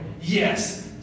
yes